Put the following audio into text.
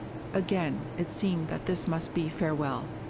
again it seemed that this must be farewell.